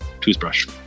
Toothbrush